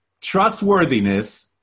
trustworthiness